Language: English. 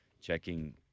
checking